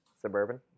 Suburban